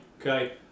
Okay